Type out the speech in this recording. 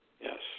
Yes